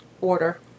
order